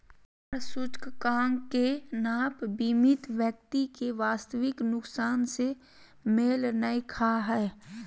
आधार सूचकांक के नाप बीमित व्यक्ति के वास्तविक नुकसान से मेल नय खा हइ